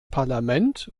parlament